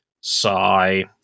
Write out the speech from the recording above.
sigh